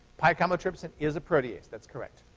pi-chymotrypsin is a protease. that's correct.